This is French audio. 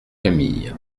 camille